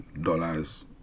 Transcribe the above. dollars